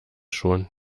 schon